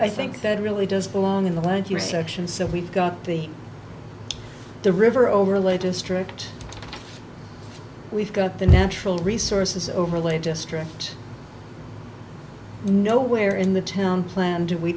i think that really does belong in the lead here section so we've got the the river overlay district we've got the natural resources overlay district nowhere in the town plan do we